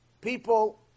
people